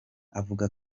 avuga